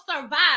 survive